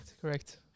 correct